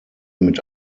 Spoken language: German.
mit